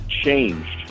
changed